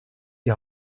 die